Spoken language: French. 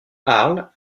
arles